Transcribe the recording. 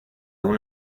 uno